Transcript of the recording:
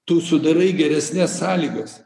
tu sudarai geresnes sąlygas